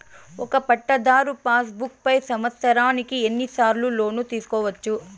ఒక పట్టాధారు passbook పై సంవత్సరానికి ఎన్ని సార్లు లోను తీసుకోవచ్చు?